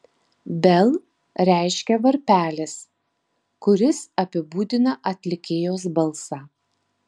bell reiškia varpelis kuris apibūdina atlikėjos balsą